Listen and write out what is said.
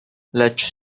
lecz